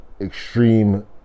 extreme